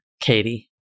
Katie